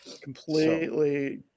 Completely